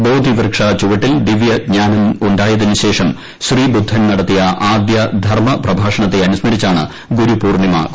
ബോദിവൃക്ഷ ചുവട്ടിൽ ദിവൃ ജ്ഞാനം ഉ ായതിന് ശേഷം ശ്രീബുദ്ധൻ നടത്തിയ ആദ്യ ധർമ്മ പ്രഭാഷണത്തെ അനുസ്മരിച്ചാണ് ഗുരുപൂർണിമ കൊ ാടുന്നത്